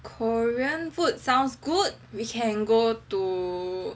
korean food sounds good we can go to